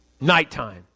nighttime